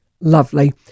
Lovely